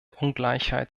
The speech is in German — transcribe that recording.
ungleichheit